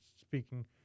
speaking